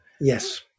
Yes